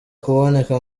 kuboneka